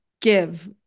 give